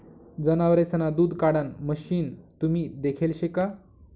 जनावरेसना दूध काढाण मशीन तुम्ही देखेल शे का?